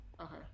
Okay